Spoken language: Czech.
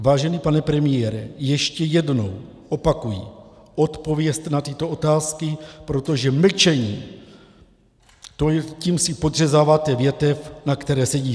Vážený pane premiére, ještě jednou opakuji, odpovězte na tyto otázky, protože mlčením, tím si podřezáváte větev, na které sedíte.